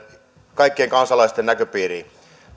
kaikkien kansalaisten näköpiiriin